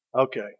okay